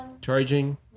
charging